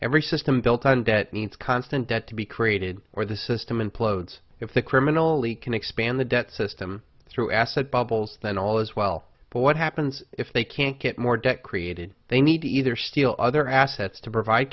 every system built on debt needs constant debt to be created or the system implodes if the criminally can expand the debt system through asset bubbles then all is well but what happens if they can't get more debt created they need to either steal other assets to provide